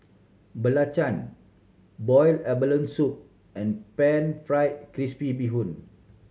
belacan boiled abalone soup and Pan Fried Crispy Bee Hoon